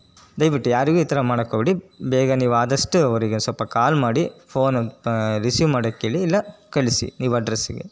ದಯವಿಟ್ಟು ಯಾರಿಗೂ ಈ ಥರ ಮಾಡಕ್ಕೆ ಹೋಗಬೇಡಿ ಬೇಗ ನೀವು ಆದಷ್ಟು ಅವ್ರಿಗೆ ಒಂದು ಸ್ವಲ್ಪ ಕಾಲ್ ಮಾಡಿ ಫೋನ್ ಒಂದು ರಿಸೀವ್ ಮಾಡಕ್ಕೆ ಹೇಳಿ ಇಲ್ಲ ಕಳಿಸಿ ನೀವು ಅಡ್ರೆಸ್ಸಿಗೆ